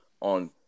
on